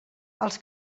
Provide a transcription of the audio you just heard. els